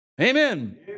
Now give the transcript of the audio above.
Amen